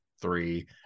three